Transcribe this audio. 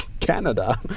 Canada